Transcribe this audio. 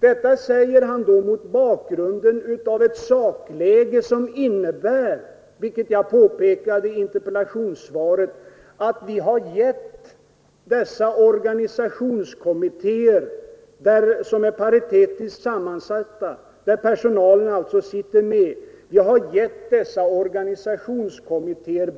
Detta säger han mot bakgrunden av ett sakläge som innebär — vilket jag påpekade i interpellationssvaret — att vi har gett dessa organisationskommittéer, som är paritetiskt sammansatta och där personalen alltså sitter med,